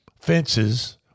fences